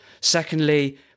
Secondly